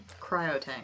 Cryotank